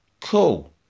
cool